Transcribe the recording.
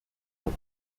noch